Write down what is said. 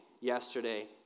yesterday